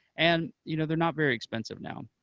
and you know they're not very expensive now.